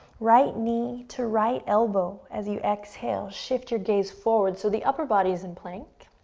right knee to right elbow as you exhale. shift your gaze forward so the upper body is in plank.